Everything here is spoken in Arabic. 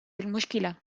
المشكلة